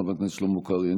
חבר הכנסת שלמה קרעי,